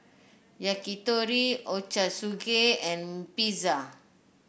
Yakitori Ochazuke and Pizza